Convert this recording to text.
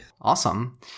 awesome